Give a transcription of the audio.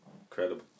Incredible